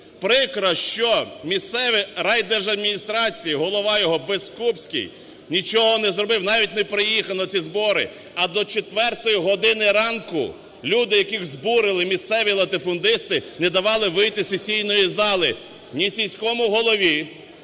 Прикро, що місцеві райдержадміністрації, голова йогоБескупський нічого не зробив, навіть не приїхав на ці збори. А до четвертої години ранку люди, яких збурили місцеві латифундисти не давали вийти із сесійної зали ні сільському голові,